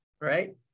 right